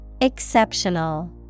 Exceptional